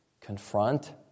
confront